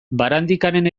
barandikaren